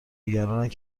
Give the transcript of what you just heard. نگرانند